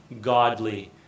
godly